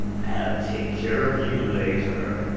i'll take care of you later.